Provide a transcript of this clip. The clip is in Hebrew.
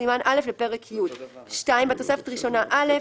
בסימן א' לפרק י'."; (2)בתוספת ראשונה ב',